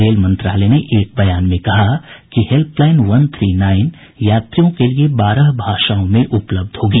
rail मंत्रालय ने एक बयान में कहा कि हेल्पलाइन वन थ्री नाईन यात्रियों के लिए बारह भाषाओं में उपलब्ध होगी